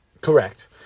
Correct